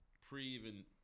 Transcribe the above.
pre-even